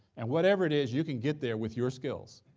and whatever it is, you can get there with your skills,